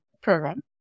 program